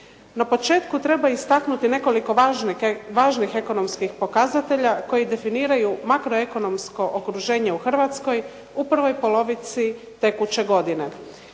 Na početku treba istaknuti nekoliko važnih ekonomskih pokazatelja koji definiraju makroekonomsko okruženje u Hrvatskoj, u prvoj polovici tekuće godine.